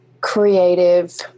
creative